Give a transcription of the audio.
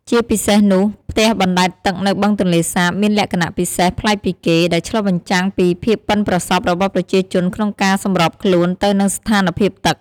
ជាពិសេសនោះ ផ្ទះបណ្ដែតទឹកនៅបឹងទន្លេសាបមានលក្ខណៈពិសេសប្លែកពីគេ ដែលឆ្លុះបញ្ចាំងពីភាពប៉ិនប្រសប់របស់ប្រជាជនក្នុងការសម្របខ្លួនទៅនឹងស្ថានភាពទឹក។